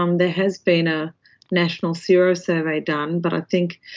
um there has been a national serosurvey done, but i think